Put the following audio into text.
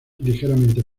ligeramente